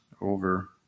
over